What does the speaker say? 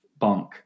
bunk